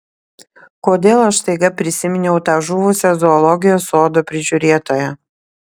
kodėl aš staiga prisiminiau tą žuvusią zoologijos sodo prižiūrėtoją